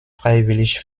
freiwillig